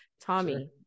Tommy